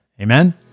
Amen